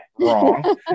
Wrong